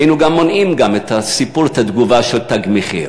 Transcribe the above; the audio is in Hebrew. היינו גם מונעים את הסיפור, התגובה, של "תג מחיר".